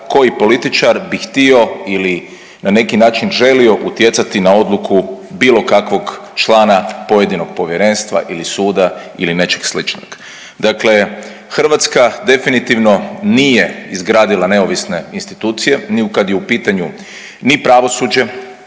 koji političar bi htio ili na neki način želio utjecati na odluku bilo kakvog člana pojedinog povjerenstva ili suda ili nečeg sličnog. Dakle Hrvatska definitivno nije izgradila neovisne institucije ni kad je u pitanju ni pravosuđe,